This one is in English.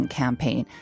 campaign